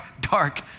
dark